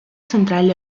central